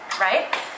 right